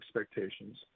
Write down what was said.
expectations